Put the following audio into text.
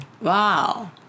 wow